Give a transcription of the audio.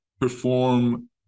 perform